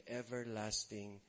everlasting